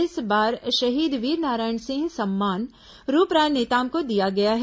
इस बार शहीद वीरनारायण सिंह सम्मान रूपराय नेताम को दिया गया है